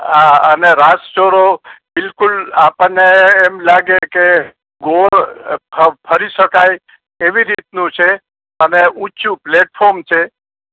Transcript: હા અને રાસ ચોરો બિલકુલ આપણને એમ લાગે કે ગોળ ફરી શકાય એવી રીતનું છે અને ઊંચું પ્લેટફોર્મ છે